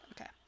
Okay